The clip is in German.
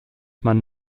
man